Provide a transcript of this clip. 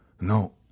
No